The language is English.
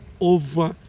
over